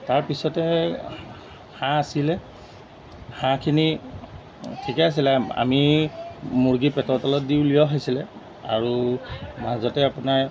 তাৰপিছতে হাঁহ আছিলে হাঁহখিনি ঠিকে আছিলে আমি মুৰ্গী পেটৰ তলত দি উলিওৱা হৈছিলে আৰু মাজতে আপোনাৰ